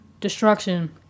destruction